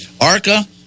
Arca